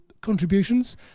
contributions